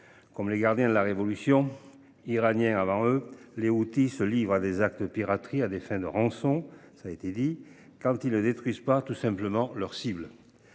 Comme les gardiens de la révolution avant eux, ils se livrent à des actes de piraterie à des fins de rançon, quand ils ne détruisent pas tout simplement leur cible.